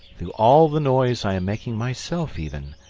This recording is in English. through all the noise i am making myself even,